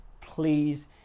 Please